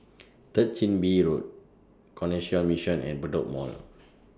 Third Chin Bee Road Canossian Mission and Bedok Mall